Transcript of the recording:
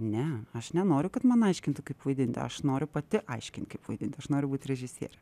ne aš nenoriu kad man aiškintų kaip vaidinti aš noriu pati aiškint kaip vaidinti aš noriu būti režisierė